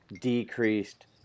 decreased